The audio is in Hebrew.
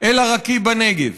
אל-עראקיב בנגב,